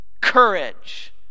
courage